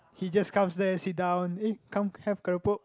he just comes there sit down eh come have keropok